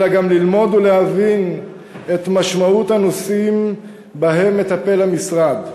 אלא גם ללמוד ולהבין את משמעות הנושאים שבהם מטפל המשרד,